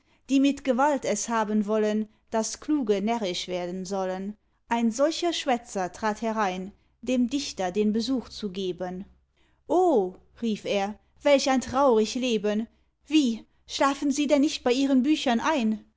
die mit gewalt es haben wollen daß kluge närrisch werden sollen ein solcher schwätzer trat herein dem dichter den besuch zu geben o rief er welch ein traurig leben wie schlafen sie denn nicht bei ihren büchern ein